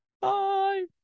Bye